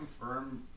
confirm